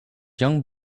young